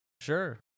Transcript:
Sure